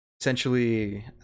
essentially